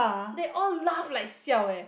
they all laugh like siao leh